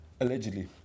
Allegedly